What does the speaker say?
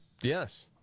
Yes